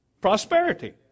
Prosperity